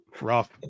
rough